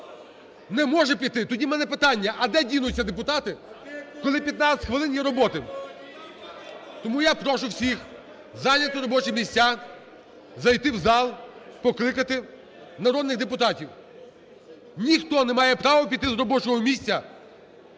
Не може піти. Тоді в мене питання: а де дінуться депутати, коли 15 хвилин є роботи? (Шум в залі) Тому я прошу всіх зайняти робочі місця, зайти в зал, покликати народних депутатів. Ніхто не має права піти з робочого місця,